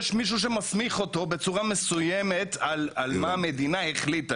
יש מישהו שמסמיך אותו בצורה מסוימת על מה המדינה החליטה,